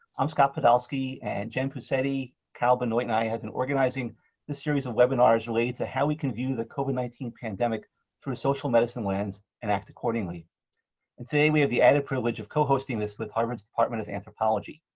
i'm scott podolsky. and jen puccetti carol benoit, and i have been organizing this series of webinars related to how we can view the covid nineteen pandemic through a social medicine lens and act accordingly. and today, we have the added privilege of co-hosting this with harvard's department of anthropology